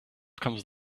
comes